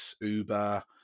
uber